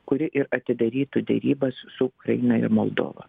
kuri ir atidarytų derybas su ukraina ir moldova